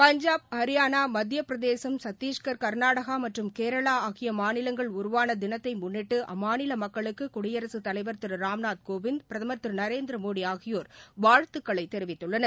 பஞ்சாப் ஹரியானா மத்தியப்பிரதேசம் சத்தீஷ்கர் கர்நாடகா மற்றும் கேரளா ஆகிய மாநிலங்கள் உருவான தினத்தை முன்னிட்டு அம்மாநில மக்களுக்கு குடியரசுத்தலைவர் திரு ராம்நாத்கோவிந்த் பிரதமர் திரு நரேந்திரமோடி ஆகியோர் வாழ்த்துக்களை தெரிவித்துள்ளனர்